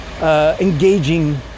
engaging